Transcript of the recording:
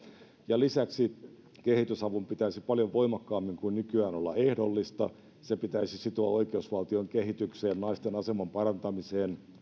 ja lisäksi kehitysavun pitäisi paljon voimakkaammin kuin nykyään olla ehdollista se pitäisi sitoa oikeusvaltion kehitykseen naisten aseman parantamiseen